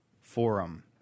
forum